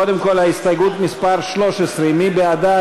קודם כול, הסתייגות מס' 13, מי בעדה?